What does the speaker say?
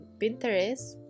Pinterest